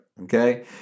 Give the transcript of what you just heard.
Okay